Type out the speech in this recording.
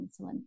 insulin